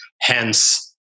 Hence